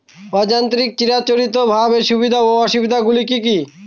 অযান্ত্রিক চিরাচরিতভাবে সুবিধা ও অসুবিধা গুলি কি কি?